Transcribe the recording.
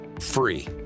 free